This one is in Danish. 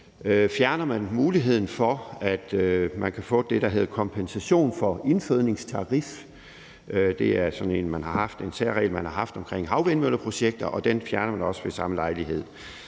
fjerner man muligheden for, at man kan få det, det hedder kompensation for indfødningstarif. Det er sådan en særregel, man har haft omkring havvindmølleprojekter, og den fjerner man også ved samme lejlighed.